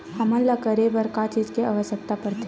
हमन ला करे बर का चीज के आवश्कता परथे?